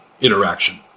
interaction